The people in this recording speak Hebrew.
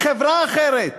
חברה אחרת.